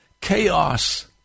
chaos